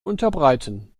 unterbreiten